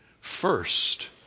first